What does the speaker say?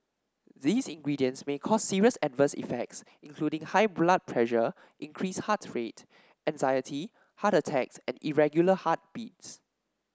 these ingredients may cause serious adverse effects including high blood pressure increased heart rate anxiety heart attacks and irregular heartbeats